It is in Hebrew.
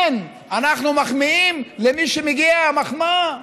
כן, אנחנו מחמיאים למי שמגיעה המחמאה,